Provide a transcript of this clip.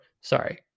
sorry